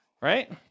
right